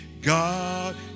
God